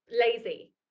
lazy